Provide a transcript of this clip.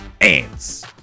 ants